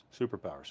Superpowers